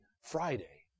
Friday